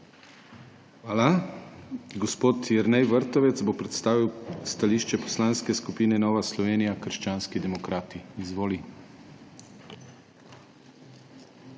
Hvala. Gospod Jernej Vrtovec bo predstavil stališče Poslanske skupine Nova Slovenija – krščanski demokrati. Izvolite.